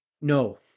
No